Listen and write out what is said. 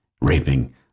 raping